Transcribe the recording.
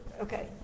okay